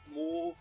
more